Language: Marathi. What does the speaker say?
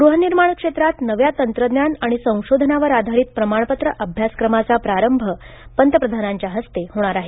गृहनिर्माण क्षेत्रांत नव्या तंत्रज्ञान आणि संशोधनावर आधारित प्रमाणपत्र अभ्यासक्रमाचा प्रारंभ पंतप्रधानांच्या हस्ते होणार आहे